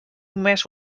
més